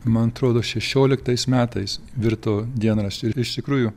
man atrodo šešioliktais metais virto dienraščiu ir iš tikrųjų